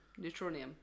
Neutronium